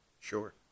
Sure